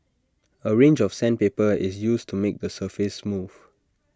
A range of sandpaper is used to make the surface smooth